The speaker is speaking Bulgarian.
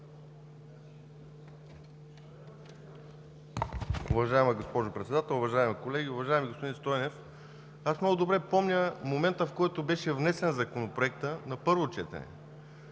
Уважаема госпожо Председател, уважаеми колеги! Уважаеми господин Стойнев, много добре помня момента, в който беше внесен Законопроектът на първо четене.